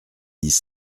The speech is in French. dix